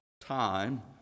time